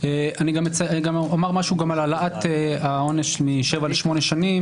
אומר משהו על העלאת העונש משבע לשמונה שנים.